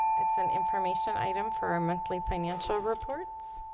it's an information item for a monthly financial reports